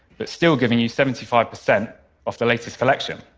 but still giving you seventy five percent off the latest collection?